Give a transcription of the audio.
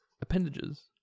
appendages